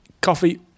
coffee